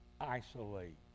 isolate